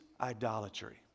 idolatry